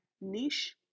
niche